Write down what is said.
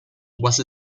was